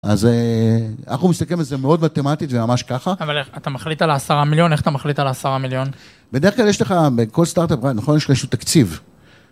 אז אנחנו מסתכלים על זה מאוד מתמטית וממש ככה. אבל איך אתה מחליט על העשרה מיליון, איך אתה מחליט על העשרה מיליון? בדרך כלל יש לך, בכל סטארט-אפ, נכון, יש לך איזשהו תקציב.